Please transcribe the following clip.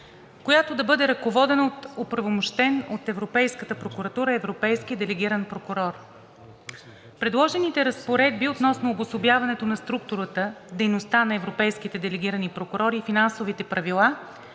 която да бъде ръководена от оправомощен от Европейската прокуратура европейски делегиран прокурор. Предложените разпоредби относно обособяването на структурата, дейността на европейските делегирани прокурори и финансовите правила